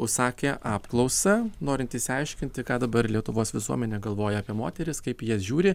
užsakė apklausą norint išsiaiškinti ką dabar lietuvos visuomenė galvoja apie moteris kaip į jas žiūri